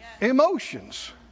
Emotions